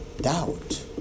Doubt